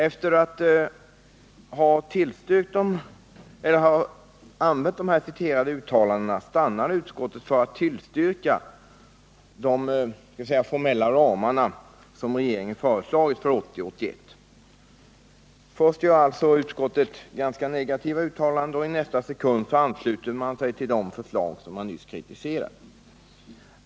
Efter att ha använt affekterade uttalanden stannar utskottet för att tillstyrka de formella ramar som regeringen föreslagit för 1980 och 1981. Först gör alltså utskottet negativa uttalanden för att i nästa sekund ansluta sig till de förslag som nyss kritiserats.